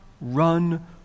run